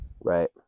right